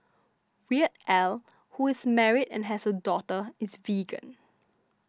Weird Al who is married and has a daughter is vegan